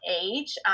age